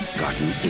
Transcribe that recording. gotten